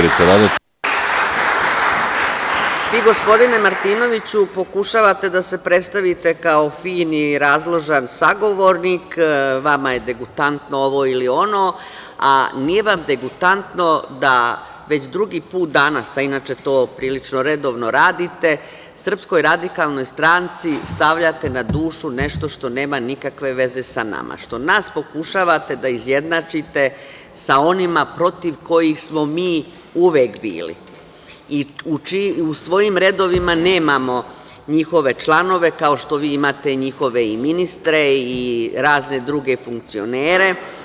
Vi gospodine Martinoviću pokušavate da se predstavite kao fini i razložan sagovornik, vama je degutantno ovo ili ono, a nije vam degutantno da već drugi put danas, a inače to prilično redovno radite, SRS stavljate na dušu nešto što nema nikakve veze sa nama, što nas pokušavate da izjednačite sa onima protiv kojih smo mi uvek bili i u svojim redovima nemamo njihove članove, kao što vi imate njihove ministre i razne druge funkcionere.